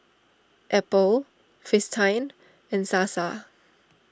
Apple Fristine and Sasa